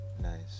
Nice